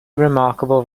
remarkable